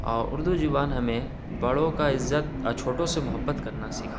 اور اردو زبان ہمیں بڑوں کا عزت اور چھوٹوں سے محبت کرنا سکھاتا ہے